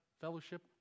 fellowship